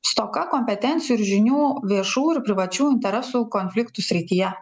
stoka kompetencijų ir žinių viešų ir privačių interesų konfliktų srityje